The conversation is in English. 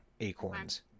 acorns